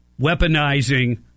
Weaponizing